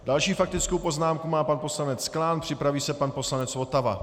Další faktickou poznámku má pan poslanec Klán, připraví se pan poslanec Votava.